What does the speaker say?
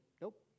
nope